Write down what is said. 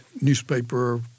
newspaper